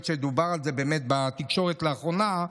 היות שדובר על זה באמת בתקשורת לאחרונה,